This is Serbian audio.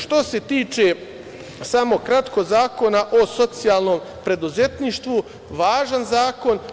Što se tiče, samo kratko, Zakona o socijalnom preduzetništvu, važan zakon.